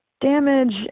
damage